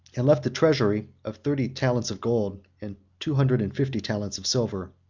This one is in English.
and left a treasury of thirty talents of gold, and two hundred and fifty talents of silver.